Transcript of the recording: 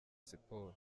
siporo